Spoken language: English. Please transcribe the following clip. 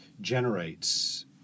generates